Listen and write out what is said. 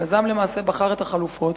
היזם למעשה בחר את החלופות,